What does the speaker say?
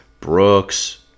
Brooks